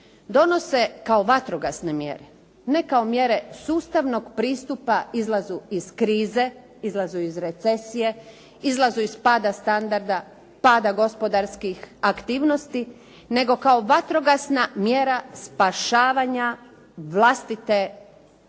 donose kao vatrogasne mjere, ne kao mjere sustavnog pristupa izlazu iz krize, izlazu iz recesije, izlazu iz pada standarda, pada gospodarskih aktivnosti, nego kao vatrogasna mjera spašavanja vlastite egzistencije